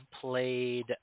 played